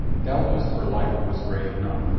doubtless her life was gray enough.